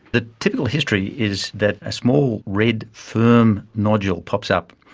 the typical history is that a small, red, firm nodule pops up.